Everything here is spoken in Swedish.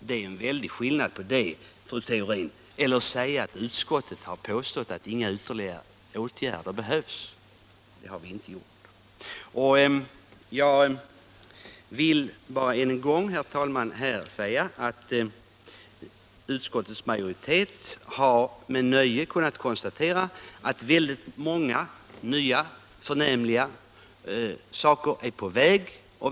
Det är en väldig skillnad mellan det, fru Theorin, och att säga att utskottet har påstått att inga ytterligare åtgärder behövs. Det har vi inte gjort. Jag vill bara än en gång, herr talman, säga att utskottets majoritet har med nöje kunnat konstatera att väldigt många nya saker är på väg.